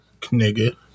Nigga